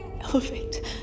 Elevate